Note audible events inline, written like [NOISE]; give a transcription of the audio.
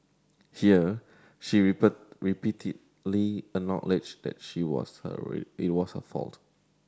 here she [UNINTELLIGIBLE] repeatedly acknowledged that she was hurry it was her fault